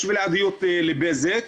יש בלעדיות לבזק,